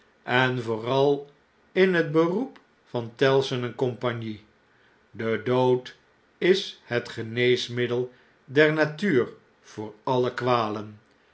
en vooral in het beroep van tellson en cie de dood is het geneesmiddel der natuur voor alle kwalen